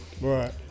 Right